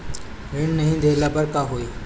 ऋण नही दहला पर का होइ?